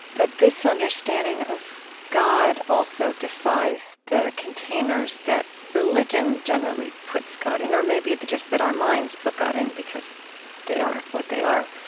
but this understanding of god also defies the containers that religion generally puts god in, or maybe just that our minds put god in because they are what they are.